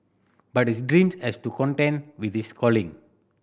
but this dream has to contend with this calling